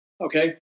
okay